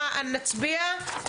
מה נצביע.